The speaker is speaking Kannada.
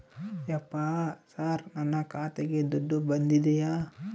ಯಪ್ಪ ಸರ್ ನನ್ನ ಖಾತೆಗೆ ದುಡ್ಡು ಬಂದಿದೆಯ?